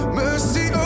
mercy